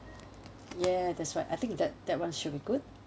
yeah that's what I think that that one should be good